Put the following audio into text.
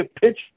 pitch